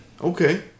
Okay